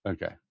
Okay